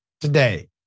today